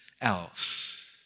else